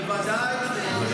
בוודאי.